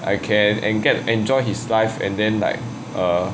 I can and get enjoy his life and then like err